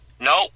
No